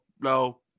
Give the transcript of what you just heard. no